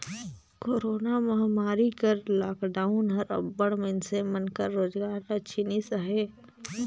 corona महमारी कर lockdown हर अब्बड़ मइनसे मन कर रोजगार ल छीनिस अहे